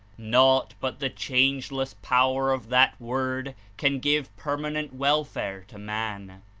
naught but the changeless power of that word can give permanent welfare to man.